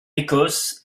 écosse